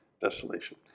desolation